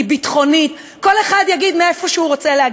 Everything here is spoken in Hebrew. היא ביטחונית, כל אחד יגיד את זה מאיפה שהוא רוצה.